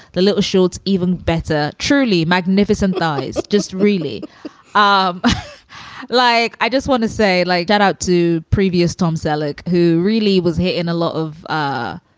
the little shorts, even better, surely magnificent thighs. just really um like i just want to say like that out to previous tom selleck, who really was hit in a lot of ah